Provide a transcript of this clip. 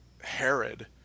Herod